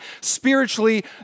spiritually